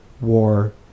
war